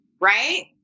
Right